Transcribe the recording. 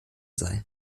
sei